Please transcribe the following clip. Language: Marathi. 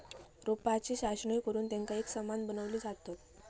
रोपांची छाटणी करुन तेंका एकसमान बनवली जातत